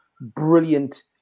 brilliant